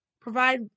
provide